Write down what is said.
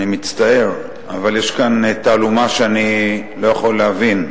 אני מצטער, אבל יש פה תעלומה שאיני יכול להבין,